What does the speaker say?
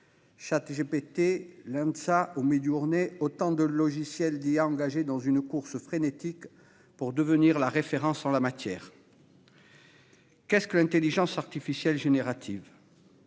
ChatGPT, Lensa ou Midjourney sont autant de logiciels d'IA engagés dans une course frénétique pour devenir la référence en la matière. Qu'est-ce que l'intelligence artificielle générative ?